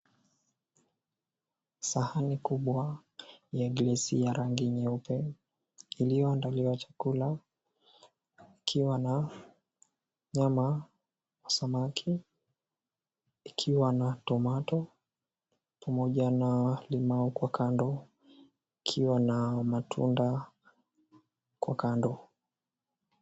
Sahani kubwa ya glesi ya rangi nyeupe iliyoandaliwa chakula ikiwa na nyama, na samaki ikiwa na tomato pamoja na limau kwa kando ikiwa na matunda kwa kando.